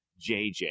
JJ